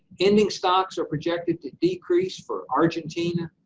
ending stocks are projected to decrease for argentina.